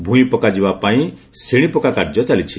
ଭୂଇଁ ପକାଯିବା ପାଇଁ ସେଶିପକା କାର୍ଯ୍ୟ ଚାଲିଛି